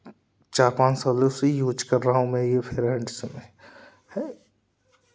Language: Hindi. चार पाँच सालों से यूज़ कर रहा हूँ मैं यह फेयर हैण्डसम